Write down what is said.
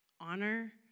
honor